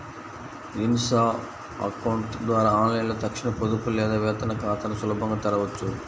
Insta account ద్వారా ఆన్లైన్లో తక్షణ పొదుపు లేదా వేతన ఖాతాని సులభంగా తెరవొచ్చు